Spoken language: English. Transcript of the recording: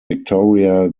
victoria